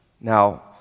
Now